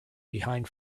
behind